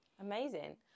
amazing